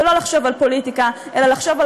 ולא לחשוב על פוליטיקה אלא לחשוב על